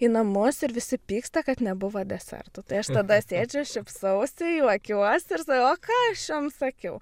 į namus ir visi pyksta kad nebuvo desertų tai aš tada sėdžiu šypsausi juokiuosi ir sakau o ką aš jums sakiau